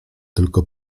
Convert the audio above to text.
tylko